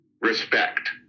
respect